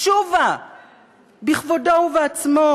תשובה בכבודו ובעצמו,